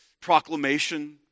proclamation